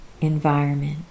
environment